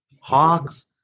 hawks